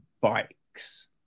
bikes